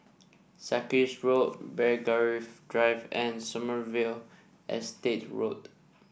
Sarkies Road Belgravia Drive and Sommerville Estate Road